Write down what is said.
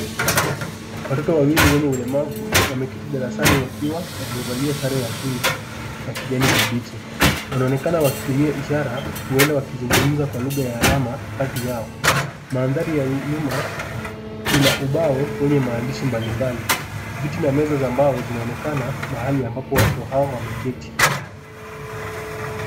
Watoto wawili wenye ulemavu wameketi darasani wakiwa wamevalia sare ya shule ya kijani kibichi. Wanaonekana wakitumia ishara huenda wakizungumza kwa lugha ya alama kati yao. Mandhari ya nyuma ina ubao wenye maandishi mbalimbali. Viti na meza za mbao zinaonekana mahali watoto hao wameketi.